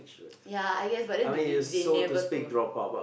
ya I guess but then they didn't they never told